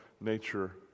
nature